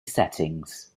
settings